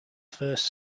first